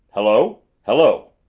hello hello